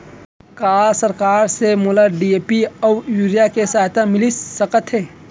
का सरकार से मोला डी.ए.पी अऊ यूरिया के सहायता मिलिस सकत हे?